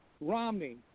Romney